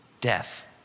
death